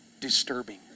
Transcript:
disturbing